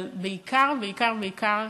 אבל בעיקר בעיקר בעיקר,